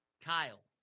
Kyle